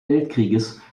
weltkrieges